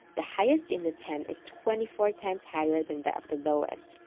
the highest in the ten, is twenty four times higher than that of the lowest,